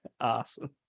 Awesome